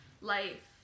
life